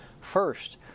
first